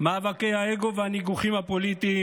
מאבקי האגו והניגוחים הפוליטיים,